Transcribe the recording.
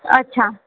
અચ્છા